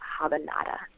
habanada